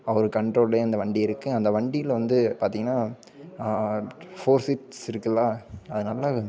அவரு கண்ட்ரோல்லேயும் அந்த வண்டி இருக்குது அந்த வண்டியில் வந்து பார்த்தீங்கன்னா ஃபோர் சீட்ஸ் இருக்குதுல்ல அது நல்லா